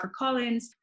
HarperCollins